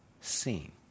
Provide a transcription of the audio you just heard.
seen